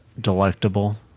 delectable